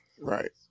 right